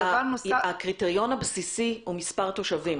הקריטריון הבסיסי הוא מספר תושבים,